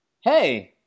Hey